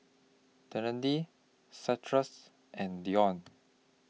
and Deon